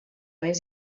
més